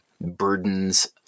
burdens